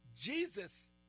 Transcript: Jesus